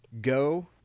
Go